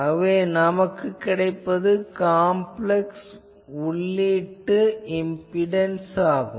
ஆகவே நமக்குக் கிடைப்பது காம்ப்ளெக்ஸ் உள்ளீட்டு இம்பிடன்ஸ் ஆகும்